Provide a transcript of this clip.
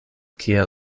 kiel